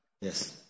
yes